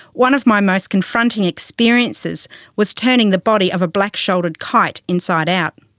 one of my most confronting experiences was turning the body of a black-shouldered kite inside out.